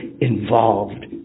involved